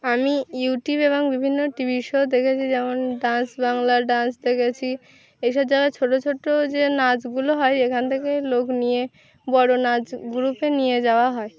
আমি ইউটিউব এবং বিভিন্ন টিভি শো দেখেছি যেমন ডান্স বাংলাা ডান্স দেখেছি এসা যাওয়া ছোটো ছোটো যে নাচগুলো হয় এখান থেকে লোক নিয়ে বড়ো নাচ গ্রুপে নিয়ে যাওয়া হয়